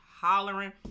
hollering